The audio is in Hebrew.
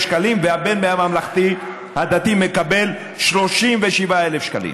שקלים והבן מהממלכתי-דתי מקבל 37,000 שקלים.